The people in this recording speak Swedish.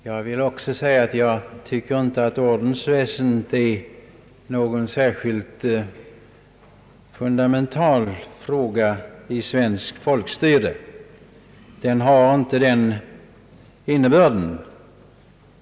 Herr talman! Inte heller jag anser att ordensväsendet är någon särskilt fundamental fråga i svenskt folkstyre — det har inte den innebörden.